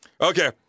Okay